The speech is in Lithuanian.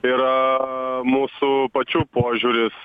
yra mūsų pačių požiūris